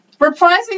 reprising